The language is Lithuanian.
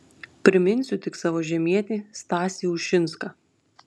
priminsiu tik savo žemietį stasį ušinską